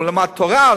הוא למד תורה,